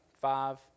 five